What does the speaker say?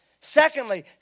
Secondly